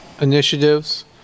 initiatives